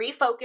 refocus